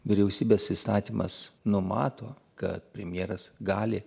vyriausybės įstatymas numato kad premjeras gali